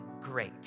great